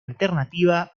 alternativa